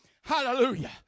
Hallelujah